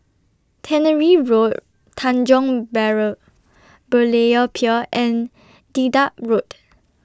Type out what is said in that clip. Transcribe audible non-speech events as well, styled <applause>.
Tannery Road Tanjong <unintelligible> Berlayer Pier and Dedap Road